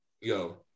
Yo